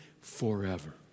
forever